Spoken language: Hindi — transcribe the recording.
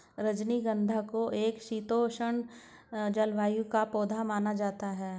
रजनीगंधा को एक शीतोष्ण जलवायु का पौधा माना जाता है